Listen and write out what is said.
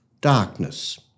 darkness